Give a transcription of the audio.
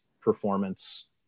performance